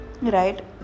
right